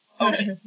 Okay